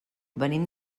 venim